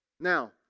Now